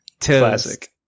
classic